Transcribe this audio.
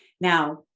now